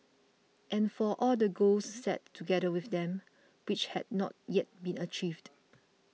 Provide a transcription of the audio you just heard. and for all the goals set together with them which had not yet been achieved